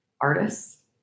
artists